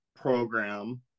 program